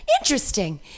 interesting